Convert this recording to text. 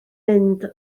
mynd